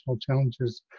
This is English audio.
challenges